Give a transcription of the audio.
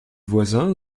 voisin